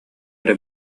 эрэ